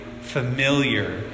familiar